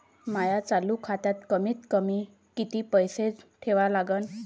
माया चालू खात्यात कमीत कमी किती पैसे ठेवा लागते?